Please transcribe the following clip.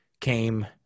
came –